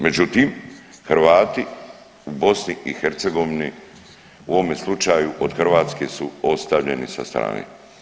Međutim, Hrvati u BiH u ovome slučaju od Hrvatske su ostavljeni sa strane.